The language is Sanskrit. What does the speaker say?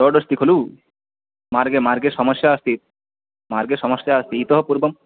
रोड् अस्ति खलु मार्गे मार्गे समस्या अस्ति मार्गे समस्या अस्ति इतः पूर्वम्